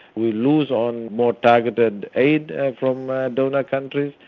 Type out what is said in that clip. we lose on more targeted aid from donor countries,